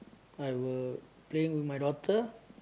I will play with my daughter